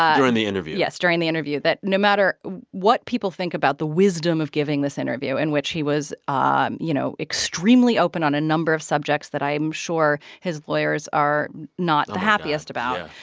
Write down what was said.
during the interview yes, during the interview, that no matter what people think about the wisdom of giving this interview in which he was, um you know, extremely open on a number of subjects that i am sure his lawyers are not the happiest about. oh,